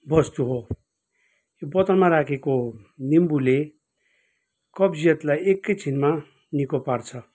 वस्तु हो यो बोतलमा राखेको निम्बुले कब्जियतलाई एकैछिनमा निको पार्छ